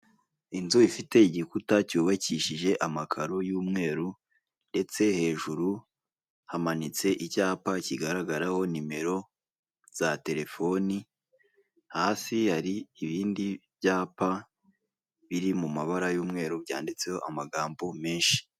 Inzu ifite igikuta cyubakishije amakaro y'umweru ndetse hejuru hamanitse icyapa kigaragaraho nimero za telefoni, hasi hari ibindi byapa biri mu mabara y'umweru byanditseho amagambo menshi.